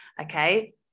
okay